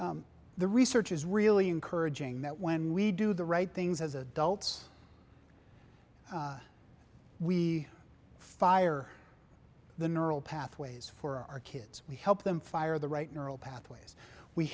the research is really encouraging that when we do the right things as adults we fire the neural pathways for our kids we help them fire the right neural pathways we